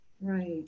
Right